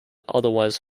otherwise